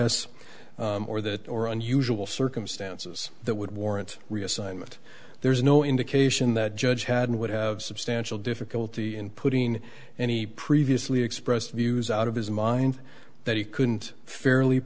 bias or that or unusual circumstances that would warrant reassignment there's no indication that judge had would have substantial difficulty in putting any previously expressed views out of his mind that he couldn't fairly